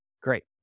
Great